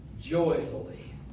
joyfully